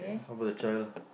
what about the child